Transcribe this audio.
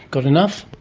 got enough?